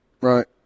Right